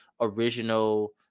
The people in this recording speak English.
original